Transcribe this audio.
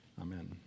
Amen